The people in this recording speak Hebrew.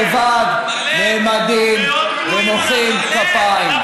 לבד נעמדים ומוחים כפיים.